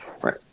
right